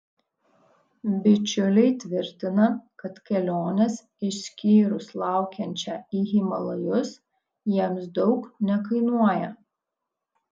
bičiuliai tvirtina kad kelionės išskyrus laukiančią į himalajus jiems daug nekainuoja